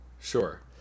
Sure